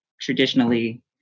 traditionally